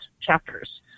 chapters